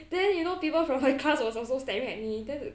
then you know people from her class was also staring at me then